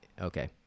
Okay